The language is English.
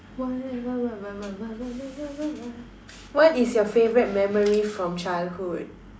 what what what what what what what what what is your favorite memory from childhood